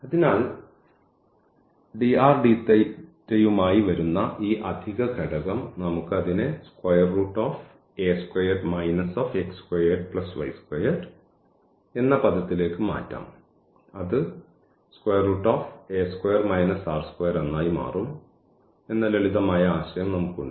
അതിനാൽ dr dθ യുമായി വരുന്ന ഈ അധിക ഘടകം നമുക്ക് അതിനെ എന്ന പദത്തിലേക്ക് മാറ്റാം അത് എന്നായി മാറും എന്ന ലളിതമായ ആശയം നമുക്കുണ്ട്